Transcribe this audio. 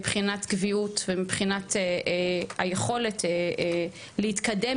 מבחינת קביעות ומבחינת היכולת להתקדם